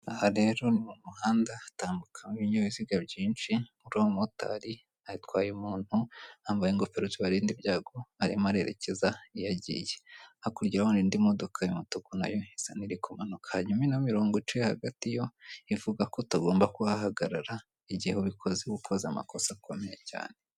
Aha rero ni umuhanda utambukamo ibinyabiziga byinshi, rero uwo mumotari atwaye umuntu yambaye ingofero zibarinda ibyago arimo arerekeza iyo agiye, hakurya urahabona indi modoka y'umutuku nayo isa n'irikumanuka, hanyuma ino mirongo iciye hagati yo ivuga ko utagomba kuhahagarara igiye ubikoze uba ukoze amakosa akomeye cyane.